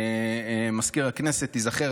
מזכיר הכנסת ייזכר,